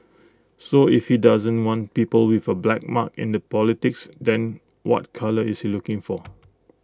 so if he doesn't want people with A black mark in the politics then what colour is he looking for